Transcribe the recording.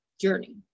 journey